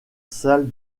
salle